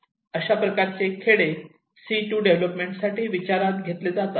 अशा प्रकारचे खेडे सीटू डेव्हलपमेंट साठी विचारात घेतले जातात